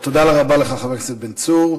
תודה רבה לך, חבר הכנסת בן צור.